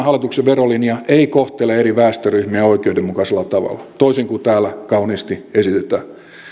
hallituksen verolinja ei kohtele eri väestöryhmiä oikeudenmukaisella tavalla toisin kuin täällä kauniisti esitetään